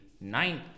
ninth